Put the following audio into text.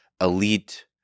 elite